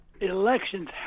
elections